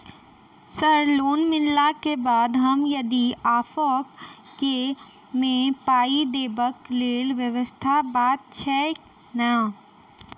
Sir loan मिलला केँ बाद हम यदि ऑफक केँ मे पाई देबाक लैल व्यवस्था बात छैय नै?